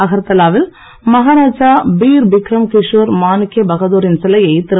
அகர்தலாவில் மகாராஜா பீர் பிக்ரம் கிஷோர் மாணிக்ய பகதாரின் சிலையை திரு